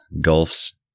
gulfs